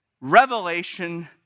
Revelation